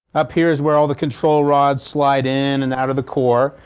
up here is where all the control rods slide in and out of the core.